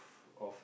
of